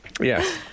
Yes